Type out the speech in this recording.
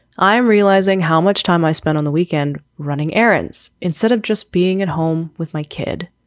i'm realizing how much time i spent on the weekend running errands instead of just being at home with my kid.